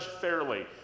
fairly